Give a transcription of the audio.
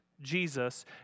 Jesus